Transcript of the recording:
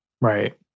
right